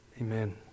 Amen